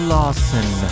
Lawson